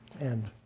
and